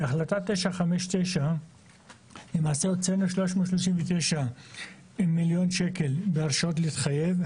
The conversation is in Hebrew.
בהחלטה 959 למעשה הוצאנו 339 מיליון שקל בהרשאות להתחייב.